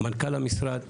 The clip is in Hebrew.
מנכ"ל המשרד,